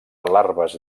larves